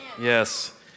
Yes